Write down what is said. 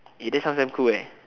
that sounds damn cool